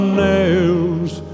nails